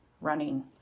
running